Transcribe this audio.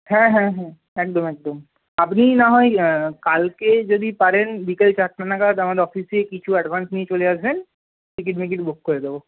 হ্যাঁ হ্যাঁ হ্যাঁ একদম একদম আপনি না হয় কালকে যদি পারেন বিকেল চারটে নাগাদ আমাদের অফিসে কিছু অ্যাডভান্স নিয়ে চলে আসবেন টিকিট মিকিট বুক করে দেবো